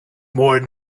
more